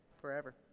forever